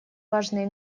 важные